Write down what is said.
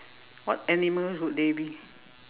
what animals would they be